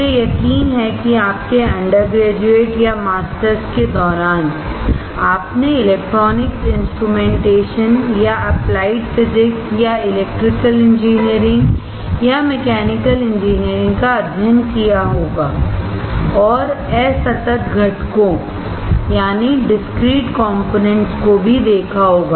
मुझे यकीन है कि आपके अंडरग्रेजुएट या मास्टर्स के दौरान आपने इलेक्ट्रॉनिक्स इंस्ट्रूमेंटेशन या एप्लाइड फिजिक्स या इलेक्ट्रिकल इंजीनियरिंग या मैकेनिकल इंजीनियरिंगका अध्ययन किया होगा और असतत घटकों को भी देखा होगा